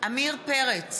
עמיר פרץ,